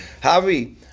Javi